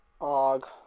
Og